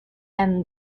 and